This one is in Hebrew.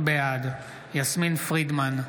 בעד יסמין פרידמן,